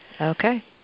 Okay